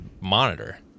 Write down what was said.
monitor